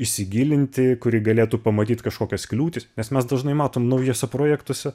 įsigilinti kuri galėtų pamatyt kažkokias kliūtis nes mes dažnai matom naujuose projektuose